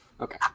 okay